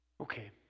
okay